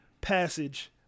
passage